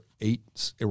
eight